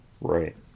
Right